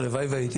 הלוואי והייתי